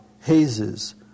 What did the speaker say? hazes